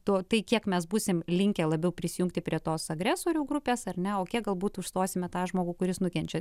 to tai kiek mes būsim linkę labiau prisijungti prie tos agresorių grupes ar ne o kiek galbūt užstosime tą žmogų kuris nukenčia